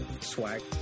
Swag